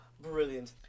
Brilliant